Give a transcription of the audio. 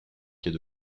est